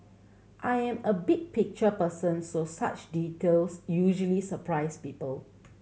I am a big picture person so such details usually surprise people